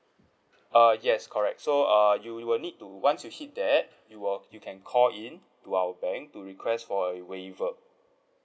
uh yes correct so uh you you will need to once you hit that you will you can call in to our bank to request for a waiver